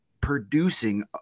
producing